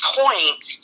point